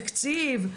תקציב?